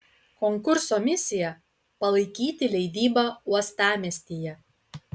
konkurso misija palaikyti leidybą uostamiestyje